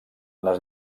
les